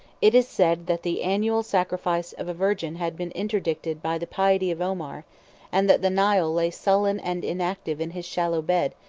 it is said, that the annual sacrifice of a virgin had been interdicted by the piety of omar and that the nile lay sullen and inactive in his shallow bed,